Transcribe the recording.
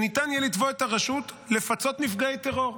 שניתן יהיה לתבוע את הרשות לפצות נפגעי טרור.